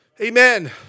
Amen